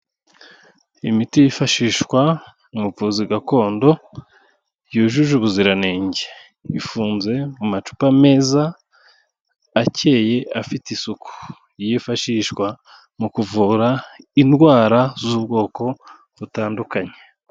Imiti yifashishwa mu buvuzi gakondo, yujuje ubuziranenge. Ifunze mu macupa meza, acyeye, afite isuku. Yifashishwa mu kuvura indwara z'ubwoko butandukanye.